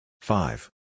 Five